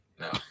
No